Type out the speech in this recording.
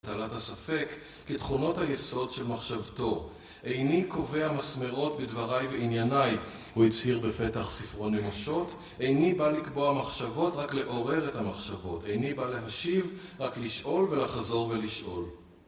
הטלת הספק, כתכונות היסוד של מחשבתו. "איני קובע מסמרות בדבריי וענייניי", הוא הצהיר בפתח ספרו "נמושות". איני בא לקבוע מחשבות, רק לעורר את המחשבות. איני בא להשיב, רק לשאול ולחזור ולשאול.